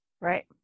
Right